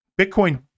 Bitcoin